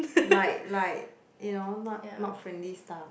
like like you know not not friendly stuff